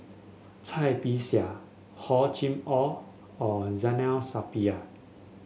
Cai Bixia Hor Chim Or and Zainal Sapari